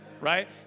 Right